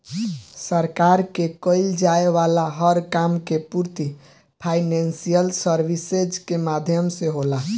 सरकार के कईल जाये वाला हर काम के पूर्ति फाइनेंशियल सर्विसेज के माध्यम से होला